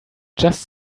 just